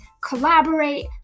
collaborate